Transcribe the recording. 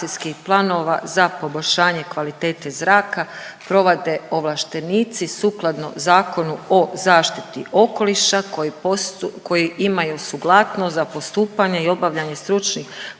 za poboljšanje kvalitete zraka, provode ovlaštenici sukladno Zakonu o zaštiti okoliša koji imaju suglasnost za postupanje i obavljanje stručnih